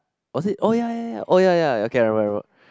was it oh ya ya ya oh ya ya okay okay I remembered I remembered